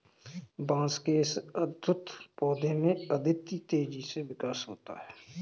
बांस के इस अद्भुत पौधे में अद्वितीय तेजी से विकास होता है